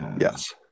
Yes